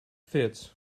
fits